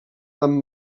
amb